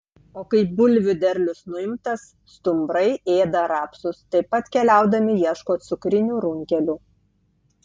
o kai bulvių derlius nuimtas stumbrai ėda rapsus taip pat keliaudami ieško cukrinių runkelių